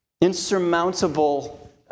insurmountable